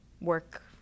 work